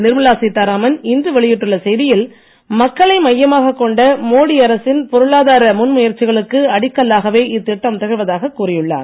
நிர்மலா சீத்தாராமன் இன்று வெளியிட்டுள்ள செய்தியில் மக்களை மையமாகக் கொண்ட மோடி அரசின் பொருளாதார முன்முயற்சிகளுக்கு அடிக்கல்லாகவே இத்திட்டம் திகழ்வதாகக் கூறியுள்ளார்